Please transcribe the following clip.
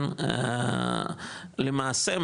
למעשה,